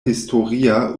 historia